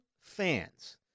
fans